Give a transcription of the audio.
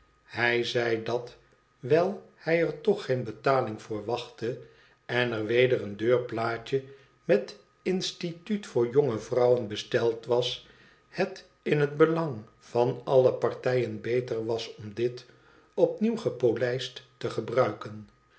hij zei dat wijl hij er toch geen betaling voor wachtte en er weder een deurplaae met instituut voor jonge juffrouwen besteld was het in het belang van alle partijen beter was om dit opnieuw gepolijst te gebruiken